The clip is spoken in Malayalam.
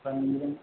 പല്ലും